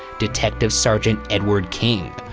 detective sargent edward king,